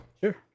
Sure